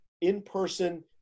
in-person